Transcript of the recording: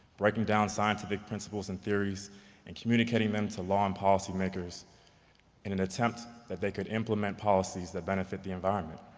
breaking down scientific principles and theories and communicating them to law and policy-makers in an attempt that they could implement policies that benefit the environment.